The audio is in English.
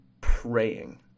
praying